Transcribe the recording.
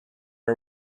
are